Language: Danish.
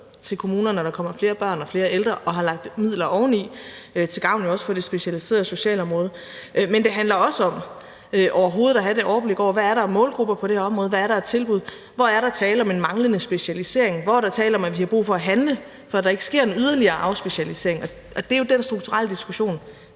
til kommunerne, når der kommer flere børn og ældre, og har lagt midler oveni, også til gavn for det specialiserede socialområde. Men det handler også om overhovedet at have det overblik over, hvad der er af målgrupper på det her område, hvad der er af tilbud, hvor der er tale om en manglende specialisering, hvor der er tale om at vi har brug for at handle, for at der ikke sker en yderligere afspecialisering. Det er jo den strukturelle diskussion,